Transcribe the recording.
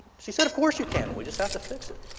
she said of course you can, we just have to fix it.